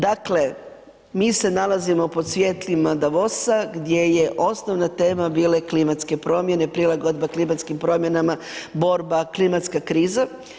Dakle, mi se nalazimo pod svjetlima Davosa gdje je osnovna tema bila klimatske promjene, prilagodba klimatskim promjenama, borba klimatska kriza.